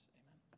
amen